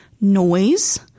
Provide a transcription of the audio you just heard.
noise